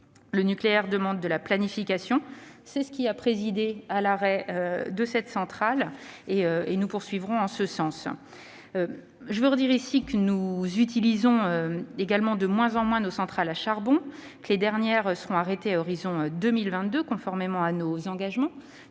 Le nucléaire demande de la planification- c'est ce qui a présidé à l'arrêt de cette centrale -, et nous poursuivrons en ce sens. En parallèle, nous utilisons de moins en moins nos centrales à charbon. Les dernières d'entre elles seront arrêtées à l'horizon de 2022, conformément à nos engagements.